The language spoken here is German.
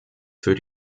für